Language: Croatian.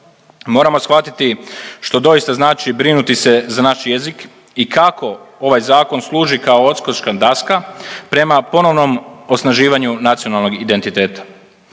Moramo shvatiti što doista znači brinuti se za naš jezik i kako ovaj Zakon služi kao odskočna daska prema ponovnom osnaživanju nacionalnog identiteta.